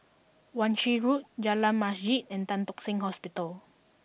Wan Shih Road Jalan Masjid and Tan Tock Seng Hospital